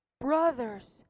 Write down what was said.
brothers